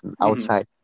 outside